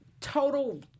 total